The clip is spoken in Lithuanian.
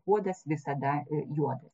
puodas visada juodas